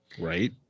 Right